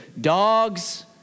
dogs